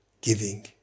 giving